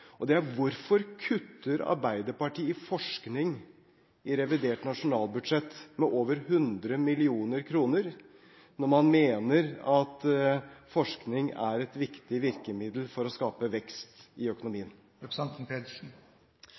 Det er: Hvorfor kutter Arbeiderpartiet i revidert nasjonalbudsjett i forskning med over 100 mill. kr når man mener at forskning er et viktig virkemiddel for å skape vekst i økonomien?